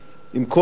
עם כל הצניעות,